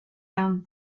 down